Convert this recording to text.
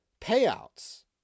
payouts